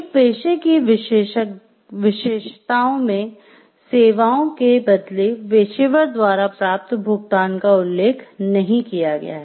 एक पेशे की विशेषताओं में सेवाओं के बदले पेशेवर द्वारा प्राप्त भुगतान का उल्लेख नहीं किया गया है